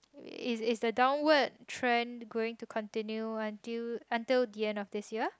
is is the downward trend going to continue until until the end of this year